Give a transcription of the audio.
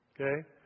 okay